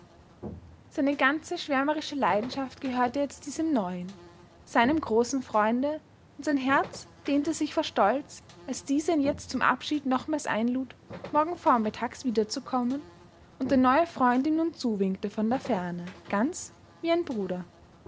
seine ganze schwärmerische leidenschaft gehörte jetzt diesem neuen seinem großen freunde und sein herz dehnte sich vor stolz als dieser ihn jetzt zum abschied nochmals einlud morgen vormittags wiederzukommen und der neue freund ihm nun zuwinkte von der ferne ganz wie ein bruder